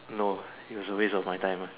no it was a waste of my time